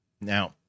Now